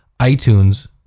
iTunes